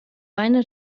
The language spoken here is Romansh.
vaina